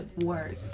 work